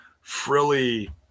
frilly